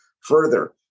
further